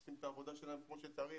עושים את העבודה שלהם כמו שצריך,